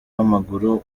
w’amaguru